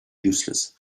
useless